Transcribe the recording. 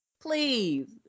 Please